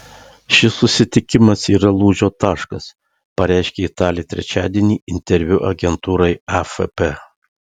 šis susitikimas yra lūžio taškas pareiškė italė trečiadienį interviu agentūrai afp